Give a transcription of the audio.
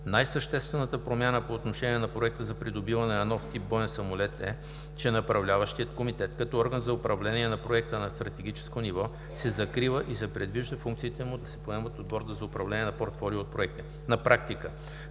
Най-съществената промяна по отношение на Проекта за придобиване на нов тип боен самолет е, че Направляващият комитет като орган за управление на Проекта на стратегическо ниво се закрива и се предвижда функциите му да се поемат от Борд за управление на портфолио от проекти (П2Б). На практика